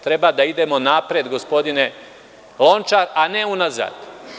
Treba da idemo napred, gospodine Lončar, a ne unazad.